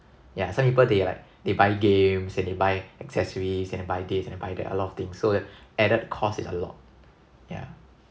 yeah some people they like they buy games and they buy accessories and they buy this and they buy that a lot of things so the added cost is a lot yeah